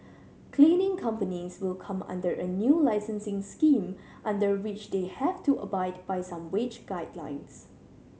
cleaning companies will come under a new licensing scheme under which they have to abide by some wage guidelines